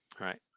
Right